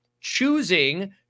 choosing